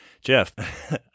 Jeff